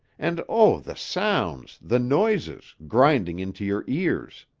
and, oh, the sounds, the noises, grinding into your ears.